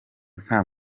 nta